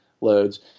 loads